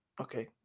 okay